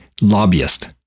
lobbyist